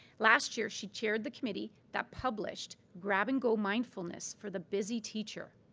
last year she chaired the committee that published grab'n'go mindfulness for the busy teacher,